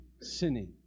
sinning